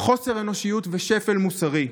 חוסר אנושיות ושפל מוסרי.